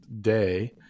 day